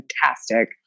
fantastic